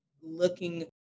looking